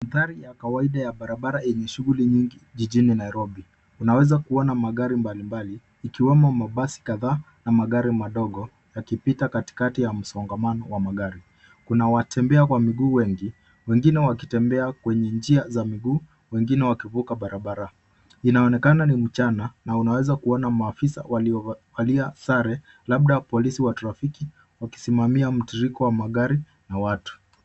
Mandhari a kawaida ya barabara yenye shughuli nyingi jijini Nairobi. Unaweza kuona magari mbalimbali, ikiwemo mabasi kadhaa na magari madogo yakipita katikati ya msongamano wa magari. Kuna watembea kwa miguu wengi wengine wakitembea kwenye njia za miguu, wengine wakivuka barabara. Inaonekana ni mchana na unaweza kuona maafisa waliovalia sare labda polisi wa trafiki wakisimamia mtiririko wa magari na watu.